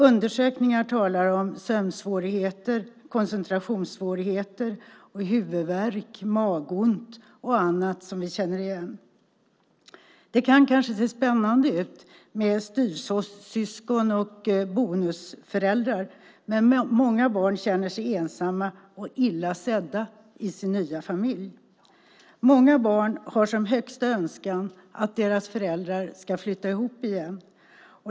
Undersökningar talar om sömnsvårigheter, koncentrationssvårigheter, huvudvärk, magont och annat som vi känner igen. Det kan kanske se spännande ut med styvsyskon och bonusföräldrar, men många barn känner sig ensamma och illa sedda i sin nya familj. Många barn har som högsta önskan att deras föräldrar ska flytta ihop igen.